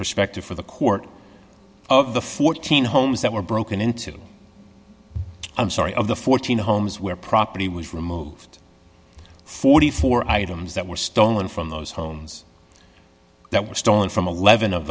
perspective for the court of the fourteen homes that were broken into i'm sorry of the fourteen homes where property was removed forty four items that were stolen from those homes that were stolen from eleven of